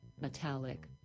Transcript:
metallic